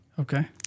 Okay